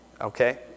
okay